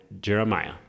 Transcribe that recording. Jeremiah